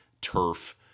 turf